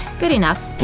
good enough.